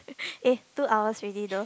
eh two hours already though